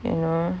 you know